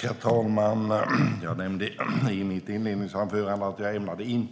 Fru talman! Jag inledde med att säga att jag i